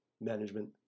management